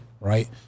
Right